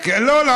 לא,